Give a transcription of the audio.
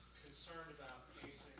concerned about but